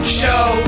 show